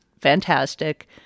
fantastic